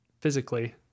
physically